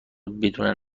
بدون